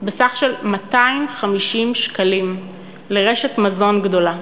בסך של 250 שקלים לרשת מזון גדולה.